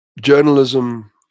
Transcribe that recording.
journalism